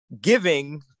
giving